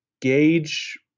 gauge